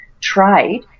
trade